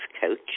coach